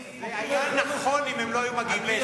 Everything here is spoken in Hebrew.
זה היה נכון אם הם לא היו מגיעים להסכם.